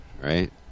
right